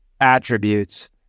attributes